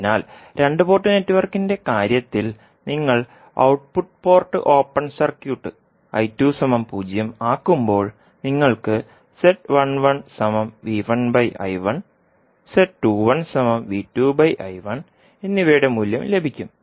അതിനാൽ 2 പോർട്ട് നെറ്റ്വർക്കിന്റെ കാര്യത്തിൽ നിങ്ങൾ ഔട്ട്പുട്ട് പോർട്ട് ഓപ്പൺ സർക്യൂട്ട് 0 ആക്കുമ്പോൾ നിങ്ങൾക്ക് എന്നിവയുടെ മൂല്യം ലഭിക്കും